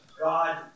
God